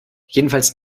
jedenfalls